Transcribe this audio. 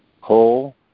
Whole